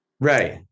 Right